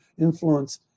influence